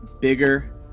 bigger